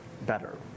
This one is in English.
Better